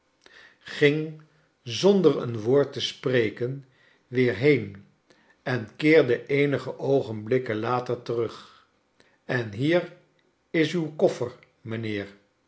ging zonder een woord te spreken weer heen en keerde eenige oogenblikken later terug en hier is uw koffer mijnheer